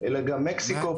אלא גם מקסיקו,